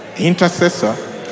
intercessor